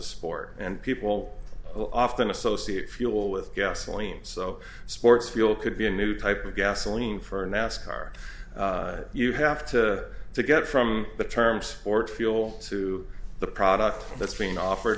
sport and people often associate fuel with gasoline so sports fuel could be a new type of gasoline for nascar you have to to get from the term sport fuel to the product that's being offered